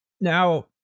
now